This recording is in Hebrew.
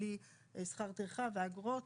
בלי שכר טרחה ואגרות.